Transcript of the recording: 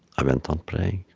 i went on praying.